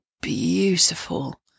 beautiful